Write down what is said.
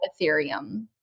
Ethereum